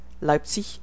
leipzig